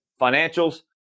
financials